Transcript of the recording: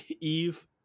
Eve